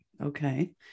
Okay